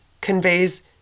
conveys